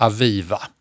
Aviva